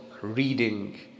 reading